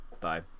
Bye